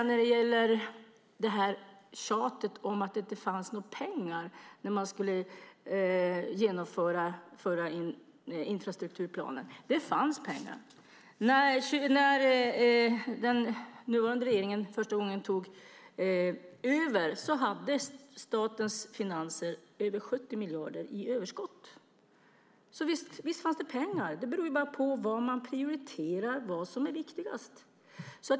När det gäller tjatet om att det inte fanns några pengar för att genomföra förra infrastrukturplanen så fanns det pengar. När den nuvarande regeringen första gången tog över hade statens finanser över 70 miljarder i överskott. Visst fanns det pengar. Det beror bara på hur man prioriterar och vad som är viktigast.